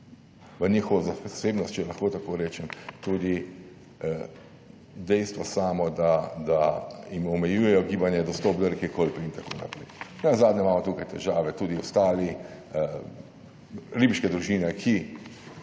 v njihovo posebnost, če lahko tako rečem, tudi dejstvo samo, da da jim omejujejo gibanje dostop do reke Kolpe in tako naprej Nenazadnje imamo tukaj težave tudi ostali, ribiške družine, ki